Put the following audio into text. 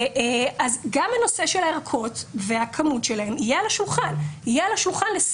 גם הנושא של הארכות והכמות שלהן יהיה על השולחן לשיח.